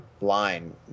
line